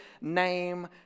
name